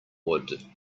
wood